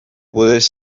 puedes